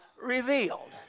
revealed